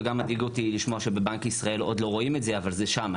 וגם מדאיג אותי לשמוע שבבנק ישראל עוד לא רואים את זה אבל זה שם,